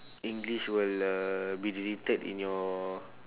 english will uh be deleted in your